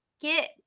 get